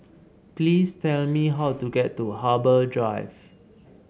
please tell me how to get to Harbour Drive